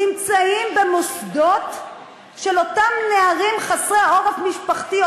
נמצאים במוסדות של נערים חסרי עורף משפחתי,